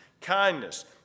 kindness